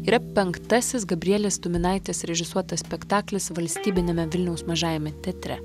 yra penktasis gabrielės tuminaitės režisuotas spektaklis valstybiniame vilniaus mažajame teatre